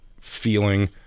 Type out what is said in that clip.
feeling